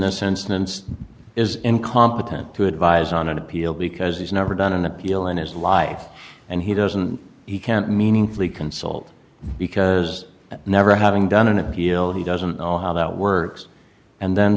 this instance is incompetent to advise on an appeal because he's never done an appeal in his life and he doesn't he can't meaningfully consult because never having done an appeal he doesn't know how that works and then